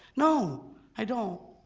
no i don't.